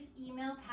email